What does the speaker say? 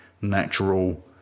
natural